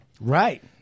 Right